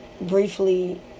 briefly